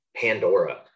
Pandora